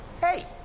Hey